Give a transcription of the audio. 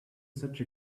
such